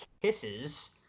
kisses